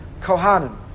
Kohanim